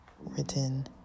written